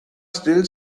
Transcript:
still